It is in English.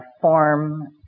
form